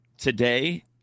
Today